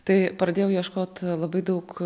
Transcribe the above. tai pradėjau ieškot labai daug